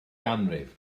ganrif